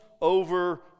over